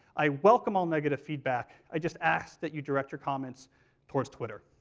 i welcome all negative feedback. i just ask that you direct your comments towards twitter.